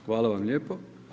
Hvala vam lijepo.